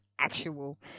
actual